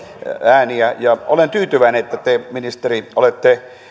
ääniä ja olen tyytyväinen että te ministeri olette